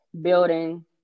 building